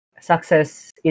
success